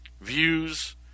views